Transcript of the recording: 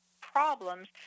problems